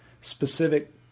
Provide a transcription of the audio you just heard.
specific